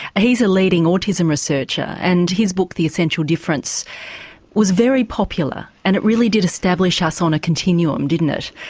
he's a leading autism researcher and his book the essential difference was very popular and it really did establish us on a continuum, didn't it,